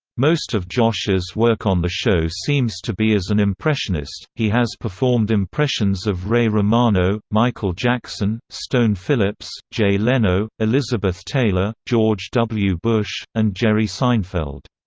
most of josh's work on the show seems to be as an impressionist he has performed impressions of ray romano, michael jackson, stone phillips, jay leno, elizabeth taylor, george w. bush, and jerry seinfeld.